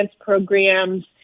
programs